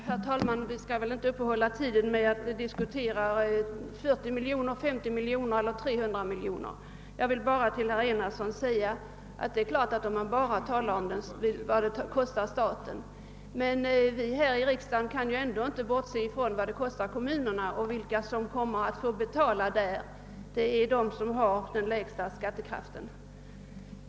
Herr talman! Vi skall väl inte uppehålla tiden med att diskutera om det är fråga om 40, 50 eller 300 miljoner. Herr Enarsson talar bara om kostnaderna för staten, men vi här i riksdagen kan inte bortse från vad det kostar kommunerna, och de som kommer att få betala där är de som har den lägsta skattekraften.